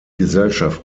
gesellschaft